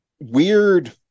weird